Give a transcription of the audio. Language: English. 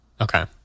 Okay